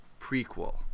prequel